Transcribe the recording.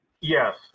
Yes